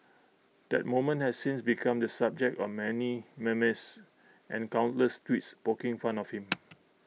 that moment has since become the subject of many memes and countless tweets poking fun of him